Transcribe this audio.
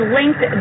linked